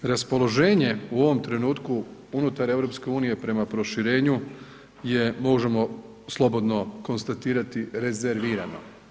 Raspoloženje u ovom trenutku unutar EU prema proširenju je možemo slobodno konstatirati rezervirano.